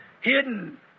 hidden